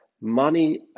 money